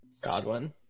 Godwin